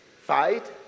Fight